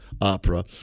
opera